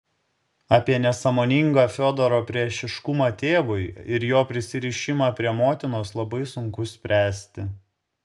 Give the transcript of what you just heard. apie nesąmoningą fiodoro priešiškumą tėvui ir jo prisirišimą prie motinos labai sunku spręsti